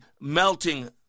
melting